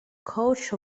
coach